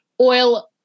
oil